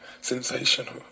Sensational